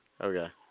Okay